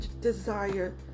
desire